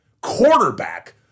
quarterback